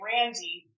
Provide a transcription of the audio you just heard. Randy